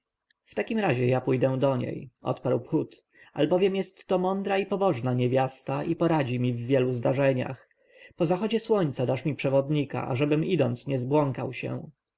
takim razie ja pójdę do niej odparł phut albowiem jest to mądra i pobożna niewiasta i poradzi mi w wielu zdarzeniach po zachodzie słońca dasz mi przewodnika ażebym idąc nie zbłąkał się